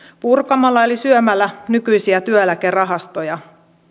purkamalla eli syömällä nykyisiä työeläkerahastoja